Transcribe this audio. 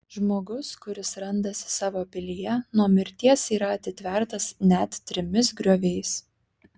žmogus kuris randasi savo pilyje nuo mirties yra atitvertas net trimis grioviais